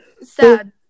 Sad